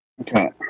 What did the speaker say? Okay